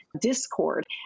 Discord